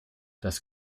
das